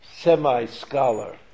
semi-scholar